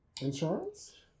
Insurance